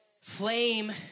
Flame